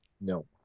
No